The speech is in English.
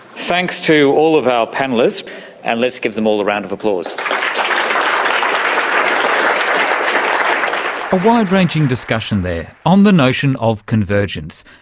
thanks to all of our panellists, and let's give them all a round of applause. um a wide-ranging discussion there on the notion of convergence.